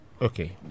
Okay